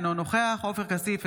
אינו נוכח עופר כסיף,